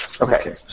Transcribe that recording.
Okay